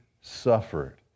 suffered